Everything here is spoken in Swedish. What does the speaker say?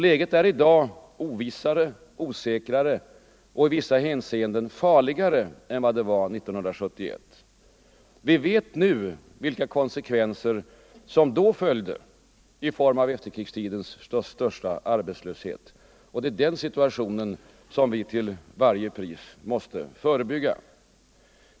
Läget är i dag ovissare, osäkrare och i vissa hänseenden farligare än det var 1971. Vi vet nu vilka konsekvenser som då följde i form av efterkrigstidens största arbetslöshet. Den situationen måste vi nu till varje pris söka förebygga.